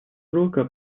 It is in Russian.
срока